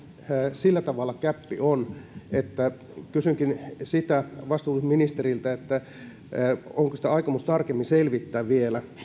sillä tavalla gäppi on kysynkin sitä vastuulliselta ministeriltä onko aikomus tarkemmin selvittää vielä